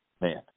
man